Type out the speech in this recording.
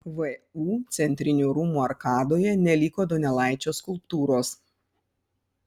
vu centrinių rūmų arkadoje neliko donelaičio skulptūros